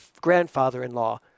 grandfather-in-law